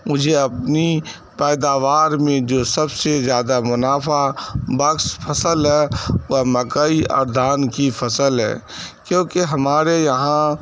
مجھے اپنی پیداوار میں جو سب سے زیادہ منافع بخس پھصل ہے وہ مکئی اور دھان کی فصل ہے کیونکہ ہمارے یہاں